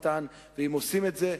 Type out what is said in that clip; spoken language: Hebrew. ואם עושים את זה,